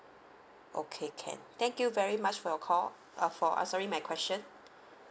okay can thank you very much for your call uh for sorry my question